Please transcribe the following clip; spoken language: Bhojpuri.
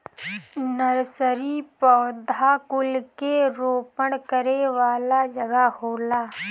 नर्सरी पौधा कुल के रोपण करे वाला जगह होला